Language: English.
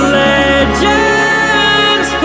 legends